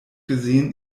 gesehen